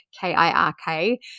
K-I-R-K